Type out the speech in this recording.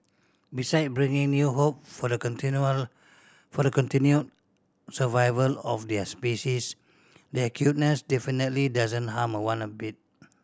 beside bringing new hope for the continued for the continued survival of their species their cuteness definitely doesn't harm one of bit